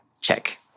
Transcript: Check